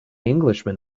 englishman